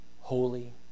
holy